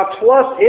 plus